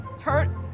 Turn-